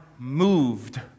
moved